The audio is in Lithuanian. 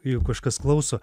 jeigu kažkas klauso